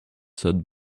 said